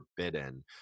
forbidden